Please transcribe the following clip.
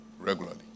regularly